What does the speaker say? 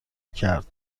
کرد